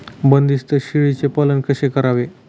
बंदिस्त शेळीचे पालन कसे करावे?